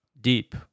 deep